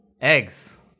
Eggs